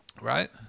Right